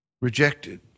Rejected